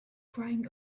crying